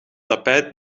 tapijt